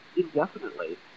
indefinitely